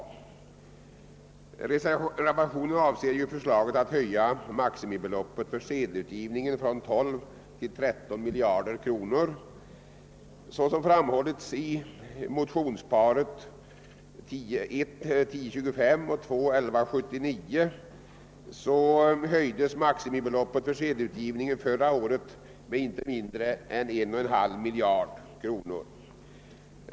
Reservationen avser förslaget om höjning av maximibeloppet för sedelutgivningen från 12 till 13 miljarder kronor. Såsom framhållits i motionsparet I: 1025 och II: 1179 höjdes maximibeloppet för sedelutgivningen förra året med inte mindre än 1,5 miljard kronor.